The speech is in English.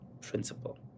principle